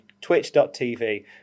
twitch.tv